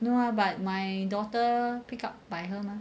no ah but my daughter pick up by her mah